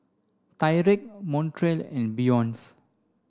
Tyrek Montrell and Beyonce